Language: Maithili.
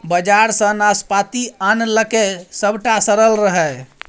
बजार सँ नाशपाती आनलकै सभटा सरल रहय